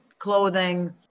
clothing